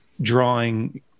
drawing